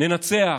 ננצח,